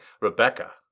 Rebecca